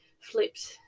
flipped